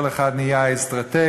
כל אחד נהיה אסטרטג,